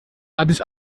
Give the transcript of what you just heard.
addis